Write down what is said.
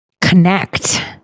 connect